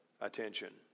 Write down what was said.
attention